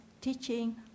teaching